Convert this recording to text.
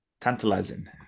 tantalizing